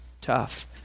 tough